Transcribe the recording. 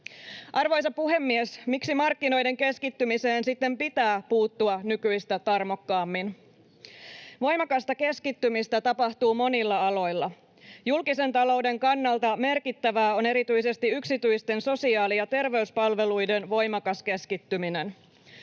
Arvoisa puhemies! Miksi markkinoiden keskittymiseen sitten pitää puuttua nykyistä tarmokkaammin? Voimakasta keskittymistä tapahtuu monilla aloilla. Julkisen talouden kannalta merkittävää on erityisesti yksityisten sosiaali- ja terveyspalveluiden voimakas keskittyminen.